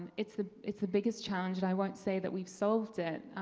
it's the it's the biggest challenge, and i won't say that we've solved it.